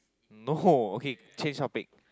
no okay change topic